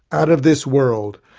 out of this world!